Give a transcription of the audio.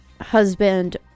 husband